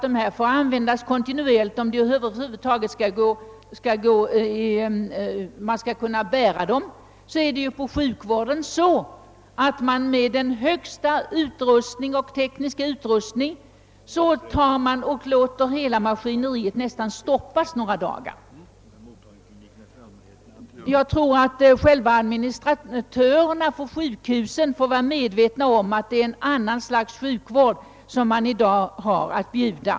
Industrierna måste drivas kontinuerligt om de över huvud taget skall kunna bära sig, på sjukhusen med deras höga tekniska utrustning låter man hela maskineriet stoppa några dagar. Jag tror att administratörerna på sjukhusen måste bli medvetna om att det i dag gäller att bjuda ett annat slags sjukvård.